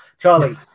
Charlie